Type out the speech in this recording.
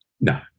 No